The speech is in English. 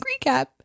recap